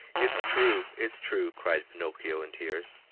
it's true, it's true! cried pinocchio in tears.